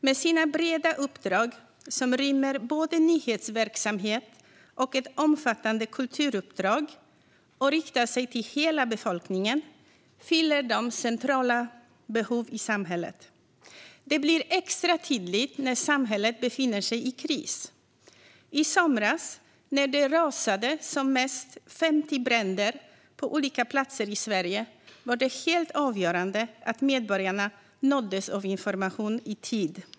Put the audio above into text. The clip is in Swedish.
Med sina breda uppdrag, som rymmer både nyhetsverksamhet och ett omfattande kulturuppdrag och riktar sig till hela befolkningen, fyller den centrala behov i samhället. Det blir extra tydligt när samhället befinner sig i kris. I somras, när det rasade som mest 50 bränder på olika platser i Sverige, var det helt avgörande att medborgarna nåddes av information i tid.